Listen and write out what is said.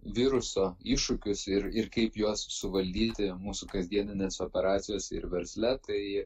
viruso iššūkius ir ir kaip juos suvaldyti mūsų kasdieninėse operacijos ir versle tai